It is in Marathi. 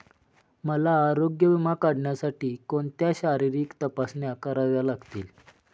मला आरोग्य विमा काढण्यासाठी कोणत्या शारीरिक तपासण्या कराव्या लागतील?